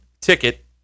ticket